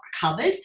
covered